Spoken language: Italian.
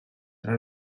tra